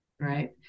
right